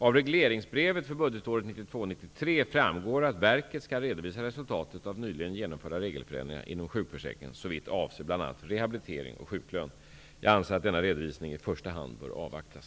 Av regleringsbrevet för budgetåret 1992/93 framgår att Riksförsäkringsverket skall redovisa resultatet av nyligen genomförda regelförändringar inom sjukförsäkringen såvitt avser bl.a. rehabilitering och sjuklön. Jag anser att denna redovisning i första hand bör avvaktas.